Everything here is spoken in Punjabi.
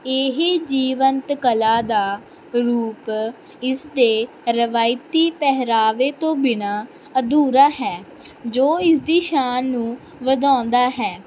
ਇਹ ਜੀਵਨਤ ਕਲਾ ਦਾ ਰੂਪ ਇਸਦੇ ਰਵਾਇਤੀ ਪਹਿਰਾਵੇ ਤੋਂ ਬਿਨ੍ਹਾਂ ਅਧੂਰਾ ਹੈ ਜੋ ਇਸਦੀ ਸ਼ਾਨ ਨੂੰ ਵਧਾਉਂਦਾ ਹੈ